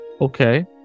Okay